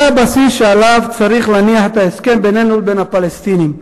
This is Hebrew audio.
זה הבסיס שעליו צריך להניח את ההסכם בינינו לבין הפלסטינים.